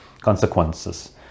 consequences